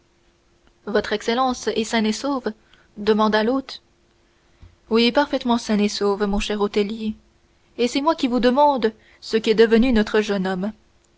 votre excellence est saine et sauve demanda l'hôte oui parfaitement saine et sauve mon cher hôtelier et c'est moi qui vous demande ce qu'est devenu notre jeune homme